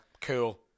Cool